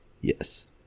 yes